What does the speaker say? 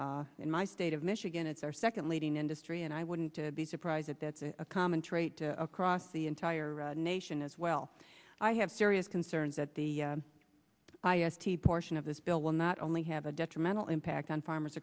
in my state of michigan it's our second leading industry and i wouldn't be surprised at that's a common trait across the entire nation as well i have serious concerns that the portion of this bill will not only have a detrimental impact on farmers